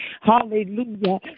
Hallelujah